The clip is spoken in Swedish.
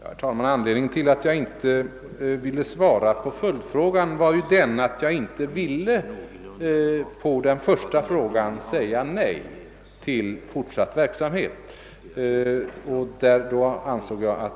Herr talman! Anledningen till att jag inte ville besvara följdfrågan var att jag inte ville svara nej på den första frågan om fortsatt verksamhet vid skolan.